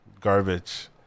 garbage